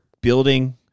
building